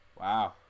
wow